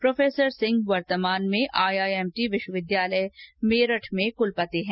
professor Singh वर्तमान में IIMT विश्वविद्यालय मेरठ के कुलपति हैं